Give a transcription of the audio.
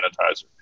sanitizer